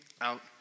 out